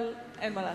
אבל אין מה לעשות.